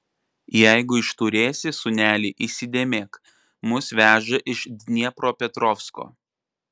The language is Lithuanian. jeigu išturėsi sūneli įsidėmėk mus veža iš dniepropetrovsko